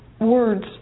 words